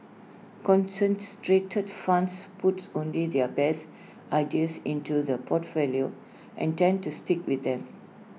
concentrated funds puts only their best ideas into the portfolio and tend to stick with them